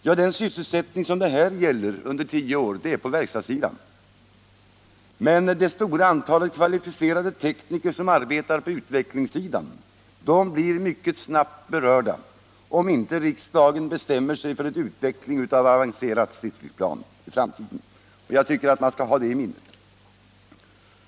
Ja, den sysselsättning som det här gäller under tio år ligger på verkstadssidan, men det stora antal kvalificerade tekniker som arbetar på utvecklingssidan berörs snabbt, om inte riksdagen bestämmer sig för utveckling av ett avancerat stridsflygplan i framtiden. Jag tycker att man skall ha det i minnet.